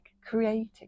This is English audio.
creating